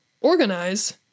organize